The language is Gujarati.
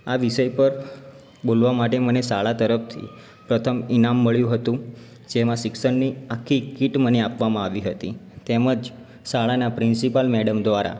આ વિષય પર બોલવા માટે મને શાળા તરફથી પ્રથમ ઇનામ મળ્યું હતુ જેમાં શિક્ષણની આખી કિટ આપવામાં આવી હતી તેમજ શાળાનાં પ્રિન્સિપાલ મૅડમ દ્વારા